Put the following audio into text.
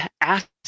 ask